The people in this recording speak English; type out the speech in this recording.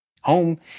Home